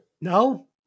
No